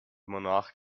monarch